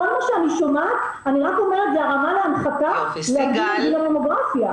כמה שאני שומעת אני רק אומרת זו הרמה להנחתה להוריד את גיל הממוגרפיה.